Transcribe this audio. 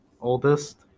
Oldest